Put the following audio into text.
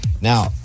Now